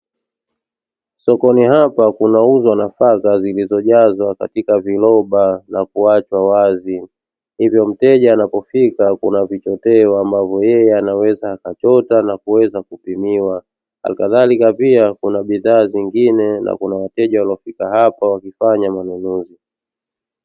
Sokoni hapa kunauzwa nafaka zilizojazwa katika viroba na kuachwa wazi, hivyo mteja anapofika kuna vichoteo ambavyo yeye anaweza akachota na kuweza kupimiwa, hali kadhalika pia kuna bidhaa zingine na kuna wateja wamefikia hapa wakifanya manunuzi.